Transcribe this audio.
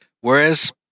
whereas